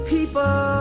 People